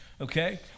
okay